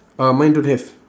uh mine don't have